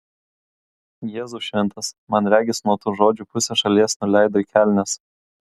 jėzau šventas man regis nuo tų žodžių pusė šalies nuleido į kelnes